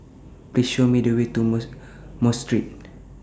Please Show Me The Way to Mosque Street